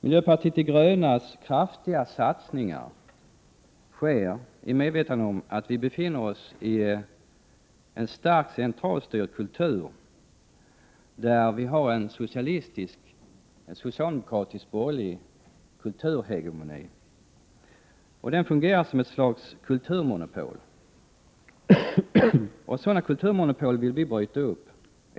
Miljöpartiet de grönas kraftiga satsningar sker i medvetande om att vi befinner oss i en starkt centralstyrd kultur, där det råder en socialdemokratisk-borgerlig kulturhegemoni. Den fungerar som ett slags kulturmonopol. Sådana monopol vill vi bryta upp.